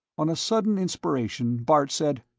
on a sudden inspiration, bart said,